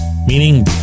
Meaning